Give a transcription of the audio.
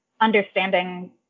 understanding